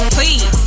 Please